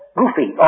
goofy